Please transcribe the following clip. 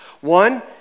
one